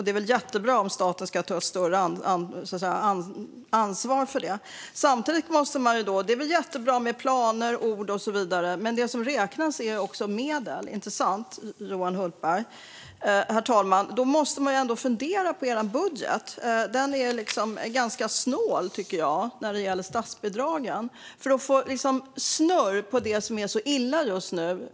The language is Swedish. Det är väl också jättebra om staten tar ett större ansvar för detta. Det är jättebra med planer, ord och så vidare, men medel räknas också - inte sant, Johan Hultberg? Då måste man ändå fundera på er budget. Den är ganska snål, tycker jag, när det gäller statsbidragen för att få snurr på det som är så illa just nu.